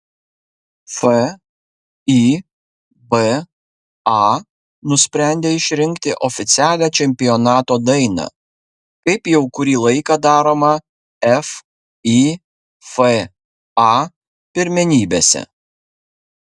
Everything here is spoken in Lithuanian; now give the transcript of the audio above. fiba nusprendė išrinkti oficialią čempionato dainą kaip jau kurį laiką daroma fifa pirmenybėse